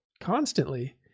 constantly